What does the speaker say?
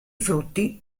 frutti